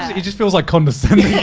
it just feels like condescending.